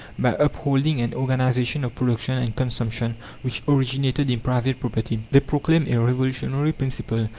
by upholding an organization of production and consumption which originated in private property. they proclaim a revolutionary principle,